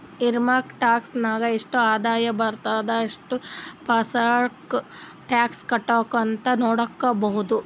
income tax ನಾಗ್ ಎಷ್ಟ ಆದಾಯ ಬಂದುರ್ ಎಷ್ಟು ಪರ್ಸೆಂಟ್ ಟ್ಯಾಕ್ಸ್ ಕಟ್ಬೇಕ್ ಅಂತ್ ನೊಡ್ಕೋಬೇಕ್